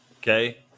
okay